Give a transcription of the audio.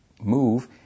move